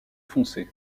foncé